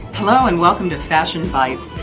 hello and welcome to fashion bites!